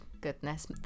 Goodness